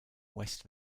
west